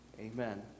Amen